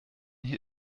hier